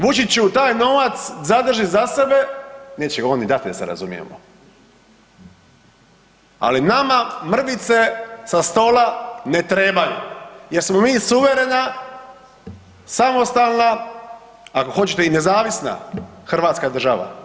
Vučiću taj novac zadrži za sebe, neće ga on ni dati da se razumijemo, ali nama mrvice sa stola ne trebaju jer smo mi suverena, samostalna, ako hoćete i nezavisna Hrvatska država.